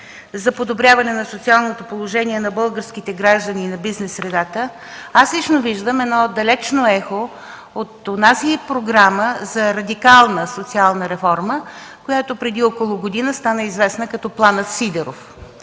за подобряване на социалното положение на българските граждани и на бизнес средата аз лично виждам далечно ехо от онази програма за радикална социална реформа, която преди около година стана известна като „Планът „Сидеров”.